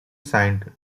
signed